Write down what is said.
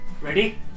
Ready